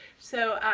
so,